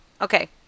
Okay